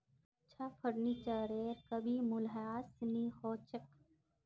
अच्छा फर्नीचरेर कभी मूल्यह्रास नी हो छेक